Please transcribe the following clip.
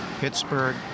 Pittsburgh